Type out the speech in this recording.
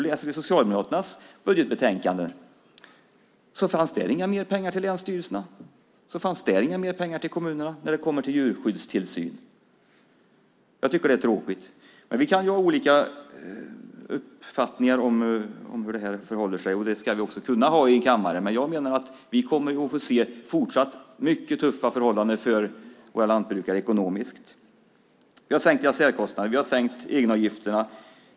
Läser vi Socialdemokraternas budgetförslag ser vi att det där inte fanns några mer pengar till länsstyrelserna och kommunerna för djurskyddstillsyn. Jag tycker att det är tråkigt. Vi kan ha olika uppfattningar om hur det förhåller sig. Det ska vi också kunna ha i kammaren. Jag menar att vi fortsatt kommer att få se mycket tuffa förhållanden för våra lantbrukare ekonomiskt. Vi har sänkt särkostnaderna och egenavgifterna.